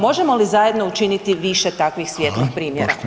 Možemo li zajedno učiniti više takvih svijetlih primjera?